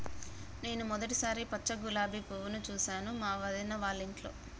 నేను మొదటిసారి పచ్చ గులాబీ పువ్వును చూసాను మా వదిన వాళ్ళింట్లో